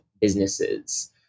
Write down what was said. businesses